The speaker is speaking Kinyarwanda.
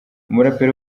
umuraperi